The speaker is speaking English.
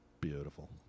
Beautiful